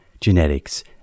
genetics